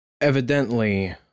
Evidently